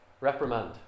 reprimand